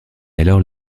alors